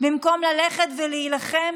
במקום ללכת ולהילחם